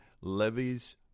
levies